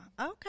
Okay